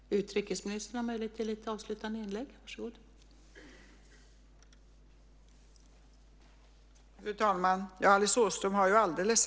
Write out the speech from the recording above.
Fru talman! Alice Åström har alldeles rätt. Det här är en betydelsefull fråga för det internationella samfundets samarbete inom ramen för FN.